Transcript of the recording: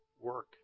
work